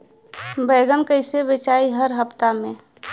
बैगन कईसे बेचाई हर हफ्ता में?